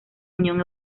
unión